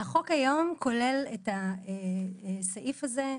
החוק היום כולל את הסעיף הזה,